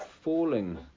falling